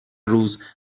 روز